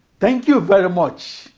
thank you very much.